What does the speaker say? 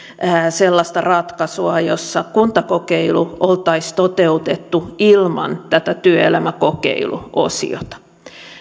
sellaista ratkaisua jossa kuntakokeilu oltaisiin toteutettu ilman tätä työelämäkokeiluosiota